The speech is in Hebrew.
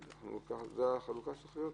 זו החלוקה שצריכה להיות?